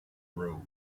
road